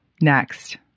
next